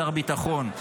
שר ביטחון,